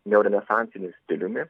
neorenesansiniu stiliumi